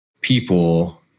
people